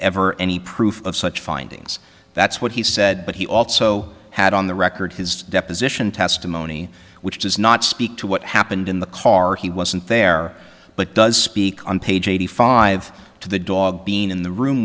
ever any proof of such findings that's what he said but he also had on the record his deposition testimony which does not speak to what happened in the car he wasn't there but does speak on page eighty five to the dog being in the room